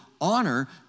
honor